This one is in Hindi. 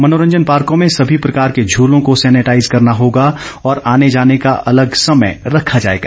मनोरंजन पाकोँ में सभी प्रकार के झुलों को सेनिटाइज करना होगा और आने जाने का अलग समय रखा जाएगा